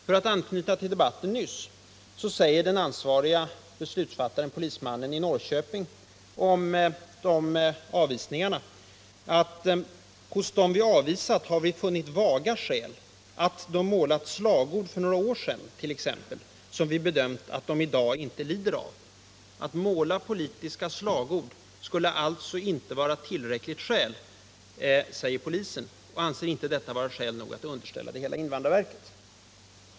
För att anknyta till debatten nyss, säger den ansvarige beslutsfattaren, polismannen i Norrköping, om de här avvisningarna: Hos dem vi avvisat har vi i några fall funnit vaga skäl, att de målat slagord för några år sedan t.ex., som vi bedömer att de i dag inte skulle göra. Att måla politiska slagord skulle alltså inte vara tillräckligt, säger polisen, och anser inte detta vara skäl nog för att fallen skulle underställas invandrarverket.